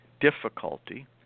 Difficulty